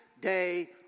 day